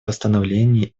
восстановлении